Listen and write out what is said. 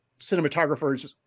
cinematographers